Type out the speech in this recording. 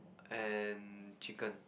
and chicken